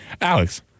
Alex